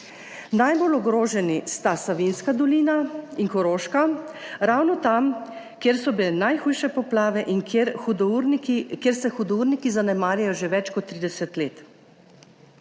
Najbolj ogroženi sta Savinjska dolina in Koroška ravno tam, kjer so bile najhujše poplave, kjer se hudourniki zanemarjajo že več kot 30 let.